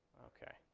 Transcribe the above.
okay.